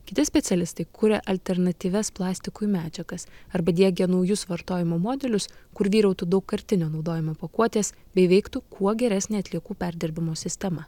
kiti specialistai kuria alternatyvias plastikui medžiagas arba diegia naujus vartojimo modelius kur vyrautų daugkartinio naudojimo pakuotės bei veiktų kuo geresnė atliekų perdirbimo sistema